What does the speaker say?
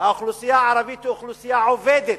האוכלוסייה הערבית היא אוכלוסייה עובדת,